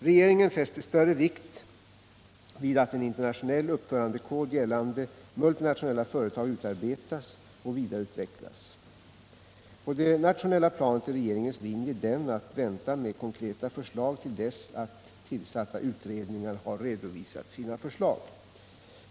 Regeringen fäster största vikt vid att en internationell uppförandekod gällande multinationella företag utarbetas och vidareutvecklas. På det nationella planet är regeringens linje den att vänta med konkreta förslag till dess att tillsatta utredningar har redovisat sina förslag.